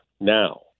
now